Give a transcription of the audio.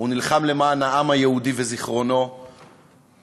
הוא נלחם למען העם היהודי וזיכרונו ותפארתו.